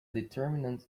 determinant